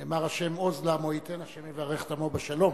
נאמר: ה' עוז לעמו ייתן, ה' יברך את עמו בשלום.